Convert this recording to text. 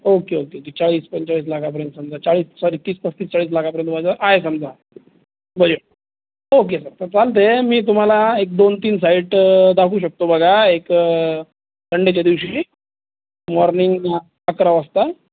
okay okay चाळीस पंचेचाळीस लाखापर्यंत समजा चाळीस सॉरी तीस पस्तीस चाळीस लाखापर्यंत आहे समजा बजेट ओके स तर चालते आहे मी तुम्हाला एक दोन तीन साईट दाखवू शकतो बघा एक संडेच्या दिवशी मी मॉर्निंग अकरा वाजता